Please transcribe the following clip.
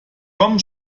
komm